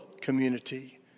community